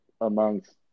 amongst